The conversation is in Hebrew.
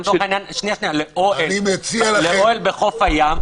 לצורך העניין לאוהל בחוף הים,